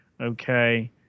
Okay